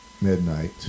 midnight